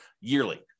yearly